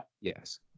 Yes